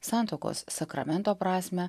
santuokos sakramento prasmę